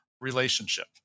relationship